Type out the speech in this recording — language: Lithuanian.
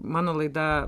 mano laida